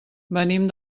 venim